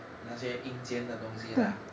那些阴间的东西 lah